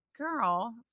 Girl